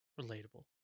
relatable